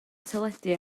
teledu